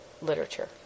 literature